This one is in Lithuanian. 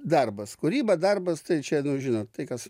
darbas kūryba darbas tai čia žinot tai kas